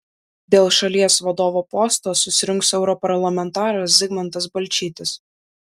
dėl šalies vadovo posto susirungs europarlamentaras zigmantas balčytis